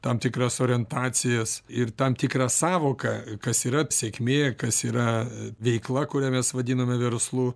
tam tikras orientacijas ir tam tikrą sąvoką kas yra sėkmė kas yra veikla kurią mes vadiname verslu